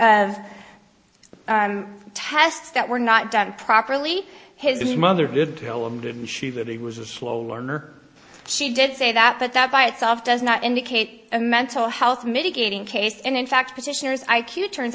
of tests that were not done properly his mother did tell him didn't she that he was a slow learner she did say that but that by itself does not indicate a mental health mitigating case and in fact petitioners i q turns